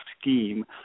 scheme